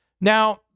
Now